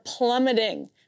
plummeting